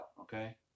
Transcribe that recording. okay